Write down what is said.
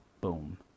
Boom